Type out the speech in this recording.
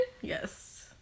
Yes